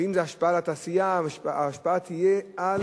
ואם זו השפעה על התעשייה, ההשפעה תהיה על